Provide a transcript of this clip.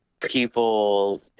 People